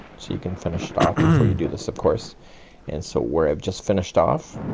so you can finish it off before you do this. of course and so where i've just finished off.